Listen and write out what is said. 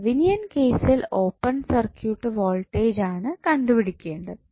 Thevenin കേസിൽ open circuit voltage ആണ് കണ്ടുപിടിക്കേണ്ടത്